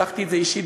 לקחתי את זה אישית,